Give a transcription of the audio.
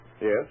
Yes